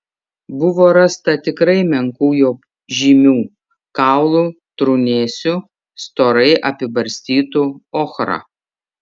buvo rasta tiktai menkų jo žymių kaulų trūnėsių storai apibarstytų ochra